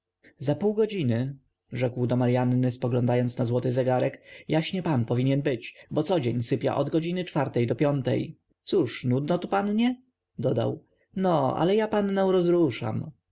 za pół godziny rzekł do maryanny spoglądając na złoty zegarek jaśnie pan powinien być bo codzień sypia od godziny czwartej do piątej cóż nudno tu pannie dodał no ale ja pannę rozruszam